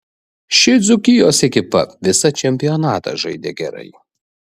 ši dzūkijos ekipa visą čempionatą žaidė gerai